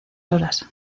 horas